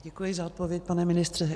Děkuji za odpověď, pane ministře.